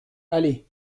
allez